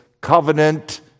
covenant